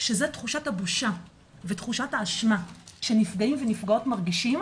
שזה תחושת הבושה ותחושת האשמה שנפגעים ונפגעות מרגישים,